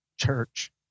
church